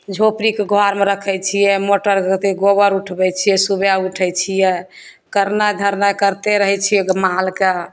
झोपड़ीके घरमे रखय छियै मोटर गोबर उठबय छियै सुबह उठय छियै करनाइ धरनाइ करते रहय छियै मालके